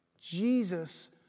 Jesus